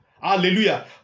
Hallelujah